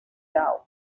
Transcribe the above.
doubt